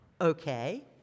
Okay